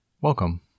Welcome